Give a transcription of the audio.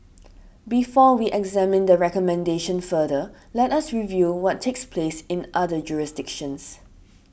before we examine the recommendation further let us review what takes place in other jurisdictions